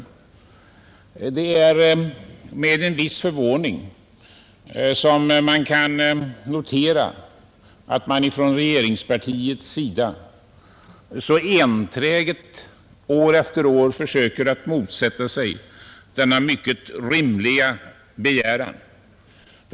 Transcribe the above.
Det är med en viss förvåning som vi kan notera att regeringspartiets representanter så enträget år efter år söker motsätta sig denna mycket rimliga begäran.